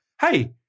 hey